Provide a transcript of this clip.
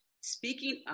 Speaking